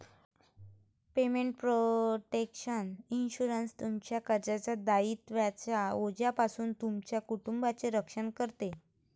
payment protection insurance, तुमच्या कर्जाच्या दायित्वांच्या ओझ्यापासून तुमच्या कुटुंबाचे रक्षण करते